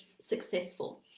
successful